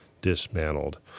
dismantled